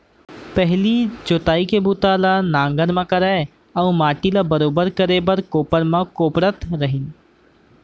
पहिली जोतई के बूता ल नांगर म करय अउ माटी ल बरोबर करे बर कोपर म कोपरत रहिन